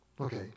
Okay